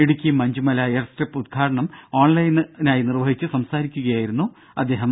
Idukki Manchumala air strip ഉദ്ഘാടനം ഓൺലൈനായി നിർവ്വഹിച്ച് സംസാരിക്കുകയായിരുന്നു അദേഹം